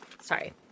Sorry